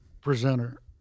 presenter